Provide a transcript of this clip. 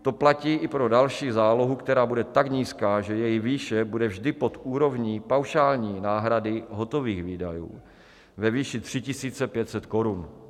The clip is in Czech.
To platí i pro další zálohu, která bude tak nízká, že její výše bude vždy pod úrovní paušální náhrady hotových výdajů, ve výši 3 500 Kč.